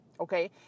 Okay